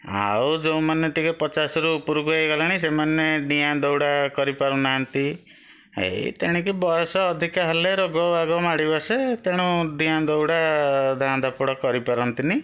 ଆଉ ଯେଉଁମାନେ ଟିକେ ପଚାଶରୁ ଉପରକୁ ହେଇଗଲେଣି ସେମାନେ ଡିଆଁ ଦୌଡ଼ା କରିପାରୁନାହାଁନ୍ତି ଏଇ ତେଣିକି ବୟସ ଅଧିକା ହେଲେ ରୋଗ ବାଗ ମାଡ଼ି ବସେ ତେଣୁ ଡିଆଁ ଦୌଡ଼ା ଧାଁ ଧପଡ଼ କରିପାରନ୍ତିନି